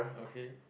okay